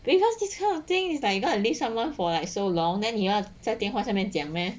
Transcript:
because this kind of thing is like you gonna leave someone for like so long then 你要在电话上面讲 meh